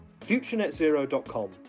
futurenetzero.com